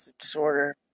disorder